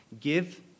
Give